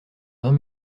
vingt